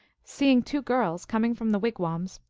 seeing two girls coming from the wigwams,